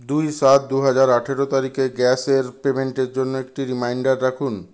দু সাত দু হাজার আঠারো তারিখে গ্যাসের পেইমেন্টের জন্য একটি রিমাইন্ডার রাখুন